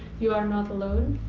you are not alone.